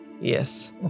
Yes